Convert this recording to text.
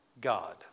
God